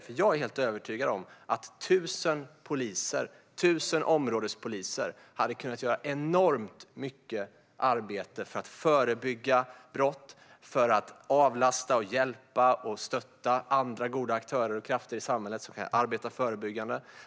Jag är nämligen helt övertygad om att 1 000 områdespoliser hade kunnat göra enormt mycket arbete för att förebygga brott, för att avlasta, hjälpa och stötta andra goda aktörer och krafter i samhället som kan arbeta förebyggande.